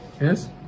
Yes